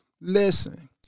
Listen